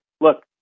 look